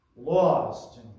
lost